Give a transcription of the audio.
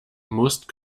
most